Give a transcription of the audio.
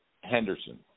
Henderson